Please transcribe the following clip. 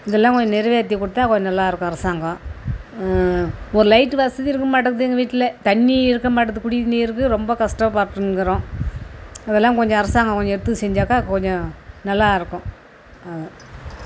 இதெல்லாம் கொஞ்சம் நிறைவேற்றி கொடுத்தால் கொஞ்சம் நல்லா இருக்கும் அரசாங்கம் ஒரு லைட் வசதி இருக்க மாட்டங்குது எங்கள் வீட்டில் தண்ணி இருக்கமாட்டது குடிநீருக்கு ரொம்ப கஷ்டப்பட்டுனுக்குறோம் இதெல்லாம் கொஞ்சம் அரசாங்கம் கொஞ்சம் எடுத்து செஞ்சாக்கா கொஞ்சம் நல்லா இருக்கும்